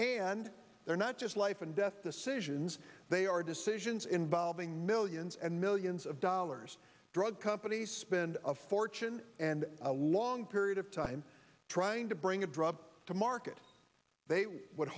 and they're not just life and death decisions they are decisions involving millions and millions of dollars drug companies spend a fortune and a long period of time trying to bring a drug to market they would